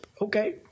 Okay